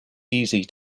easy